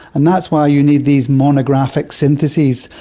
and that's why you need these monographic syntheses,